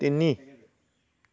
তিনি